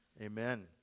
Amen